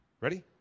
ready